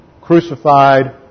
crucified